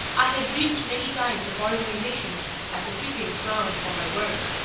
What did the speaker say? i had dreamed many times of organization as a fitting crown for my work.